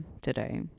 today